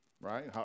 right